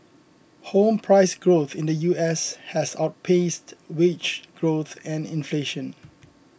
home price growth in the U S has outpaced wage growth and inflation